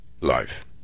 life